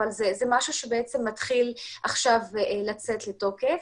אבל זה משהו שמתחיל עכשיו לצאת לתוקף.